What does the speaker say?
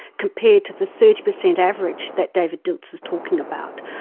compared to the thirty percent average that david dilts is talking about.